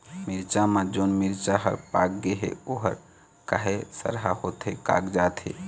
मिरचा म जोन मिरचा हर पाक गे हे ओहर काहे सरहा होथे कागजात हे?